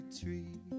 tree